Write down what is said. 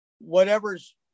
whatever's